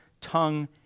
tongue